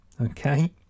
Okay